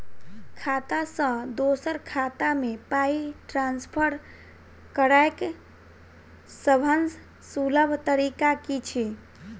खाता सँ दोसर खाता मे पाई ट्रान्सफर करैक सभसँ सुलभ तरीका की छी?